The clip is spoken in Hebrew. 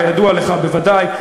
כידוע לך בוודאי,